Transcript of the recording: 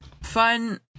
fun